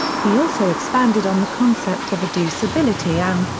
he also expanded on the concept of reducibility and,